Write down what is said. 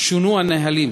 שונו הנהלים